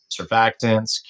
surfactants